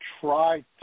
try